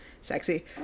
Sexy